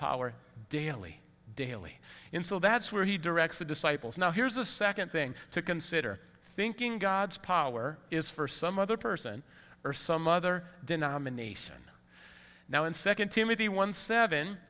power daily daily in so that's where he directs the disciples now here's a second thing to consider thinking god's power is for some other person or some other denomination now in second timothy one seven